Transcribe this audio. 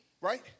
right